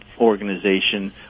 organization